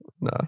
No